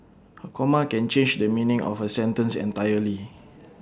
A comma can change the meaning of A sentence entirely